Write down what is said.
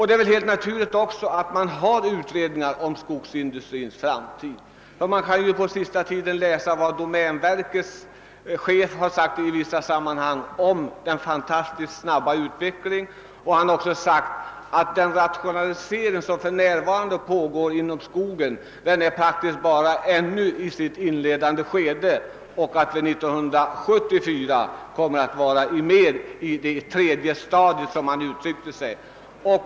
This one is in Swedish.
Det är också helt naturligt att det görs utredningar om skogsindustrins framtid. Vi har exempelvis på senaste tiden kunnat ta del av uttalanden som domänverkets chef gjort i vissa sammanhang om den fantastiskt snabba utvecklingen på skogsområdet. Han har också sagt att den rationalisering som för närvarande pågår inom skogsindustrin bara är i sitt inledande skede och att den 1974 kommer att vara i det tredje stadiet, som han uttryckte sig.